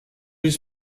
his